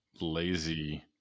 lazy